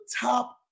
top